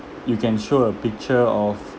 you can show a picture of